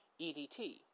EDT